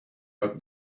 but